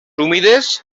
humides